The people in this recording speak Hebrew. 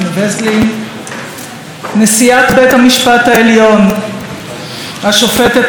נשיאת בית המשפט העליון השופטת אסתר חיות ומר דוד חיות,